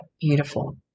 beautiful